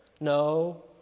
No